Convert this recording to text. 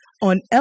on